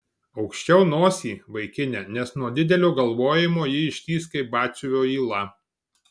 aukščiau nosį vaikine nes nuo didelio galvojimo ji ištįs kaip batsiuvio yla